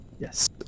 Yes